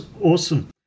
awesome